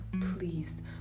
pleased